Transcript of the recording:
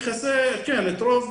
יכסה את רוב,